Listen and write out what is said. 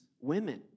women